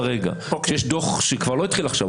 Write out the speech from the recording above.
כשיש דוח שכבר לא התחיל עכשיו,